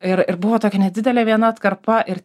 ir ir buvo tokia nedidelė viena atkarpa ir